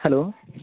hello